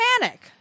panic